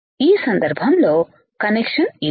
ఈ సందర్భంలో కనెక్షన్ ఇదే